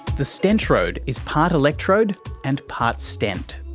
the stentrode is part electrode and part stent.